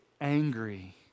angry